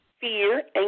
fear